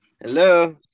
Hello